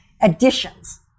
additions